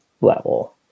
level